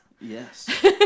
Yes